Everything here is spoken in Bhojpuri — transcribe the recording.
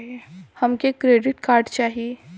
हमके क्रेडिट कार्ड चाही